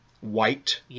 white